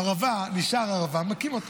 ערבה נשאר ערבה, מכים אותו.